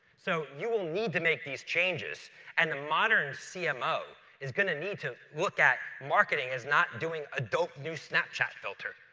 so you will need to make these changes and the modern cmo is gonna need to look at marketing is not doing a dope new snapchat filter,